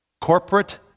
corporate